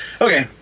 Okay